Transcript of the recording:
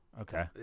Okay